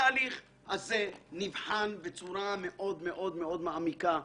התהליך הזה נבחן בצורה מאוד מעמיקה.